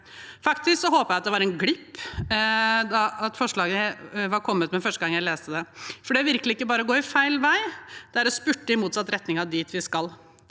faktisk det var en glipp at forslaget var kommet med, første gang jeg leste det, for det er virkelig ikke bare å gå feil vei; det er å spurte i motsatt retning av dit vi skal.